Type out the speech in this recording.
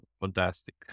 fantastic